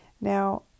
Now